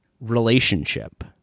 relationship